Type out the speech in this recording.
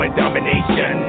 domination